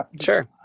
Sure